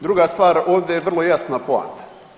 Druga stvar, ovdje je vrlo jasna poanta.